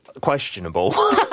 questionable